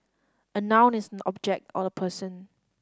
a noun is an object or a person